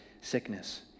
sickness